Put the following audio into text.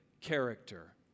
character